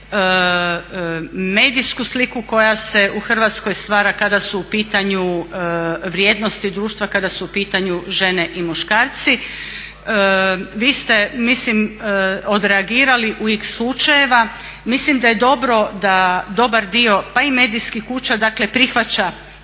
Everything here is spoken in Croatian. medijsku sliku koja se u Hrvatskoj stvara kada su u pitanju vrijednosti društva, kada su u pitanju žene i muškarci. Vi ste mislim odreagirali u x slučajeva. Mislim da je dobro da dobar dio pa i medijskih kuća, dakle prihvaća